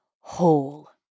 whole